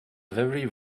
very